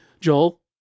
Joel